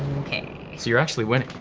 so you're actually winning.